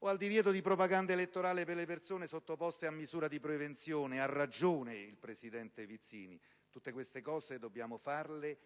o al divieto di propaganda elettorale per le persone sottoposte a misura di prevenzione. Ha ragione il presidente Vizzini: tutte queste cose dobbiamo farle